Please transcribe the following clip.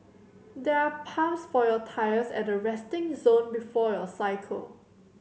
there are pumps for your tyres at the resting zone before you cycle